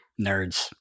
nerds